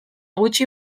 gutxi